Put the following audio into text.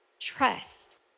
trust